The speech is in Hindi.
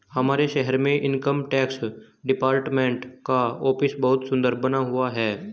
हमारे शहर में इनकम टैक्स डिपार्टमेंट का ऑफिस बहुत सुन्दर बना हुआ है